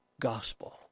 gospel